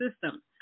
system